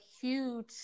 huge